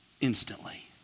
instantly